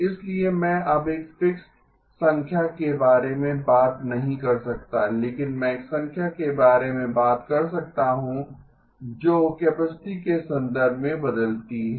इसलिए मैं अब एक फिक्स्ड संख्या के बारे में बात नहीं कर सकता लेकिन मैं एक संख्या के बारे में बात कर सकता हूं जो कैपेसिटी के संदर्भ में बदलती है